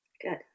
Good